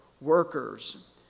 workers